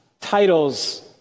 titles